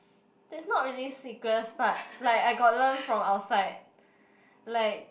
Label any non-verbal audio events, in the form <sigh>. <noise> it's not really secrets but like I got learn from outside like